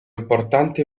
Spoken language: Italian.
importante